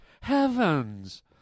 Heavens